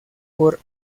por